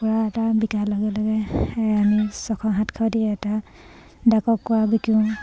কুকুৰা এটা বিকাৰ লগে লগে আমি ছশ সাতশ দি এটা কুকুৰা বিকোঁ